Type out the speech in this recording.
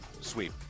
sweep